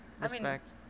respect